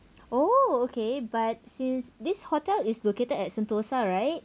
oh okay but since this hotel is located at sentosa right